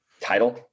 title